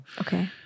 Okay